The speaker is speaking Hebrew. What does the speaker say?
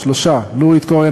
שלושה חברי כנסת: נורית קורן,